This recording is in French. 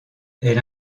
elle